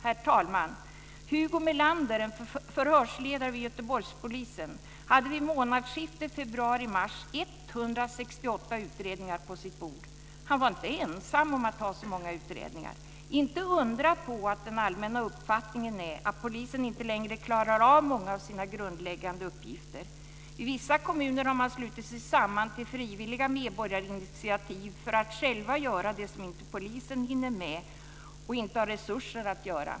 Herr talman! Hugo Melander, en förhörsledare vid Göteborgspolisen hade vid månadsskiftet februarimars 168 utredningar på sitt bord. Han var inte ensam om att ha så många utredningar. Inte undra på att den allmänna uppfattningen är att polisen inte längre klarar av många av sina grundläggande uppgifter. I vissa kommuner har man slutit sig samman till frivilliga medborgarinitiativ för att själva göra det som polisen inte hinner med och inte har resurser att göra.